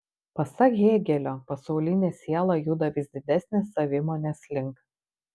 pasak hėgelio pasaulinė siela juda vis didesnės savimonės link